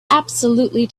absolutely